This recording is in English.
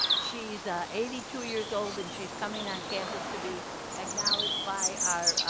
she's ah eighty two years old, and she's coming on campus to be acknowledged by our